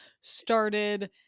started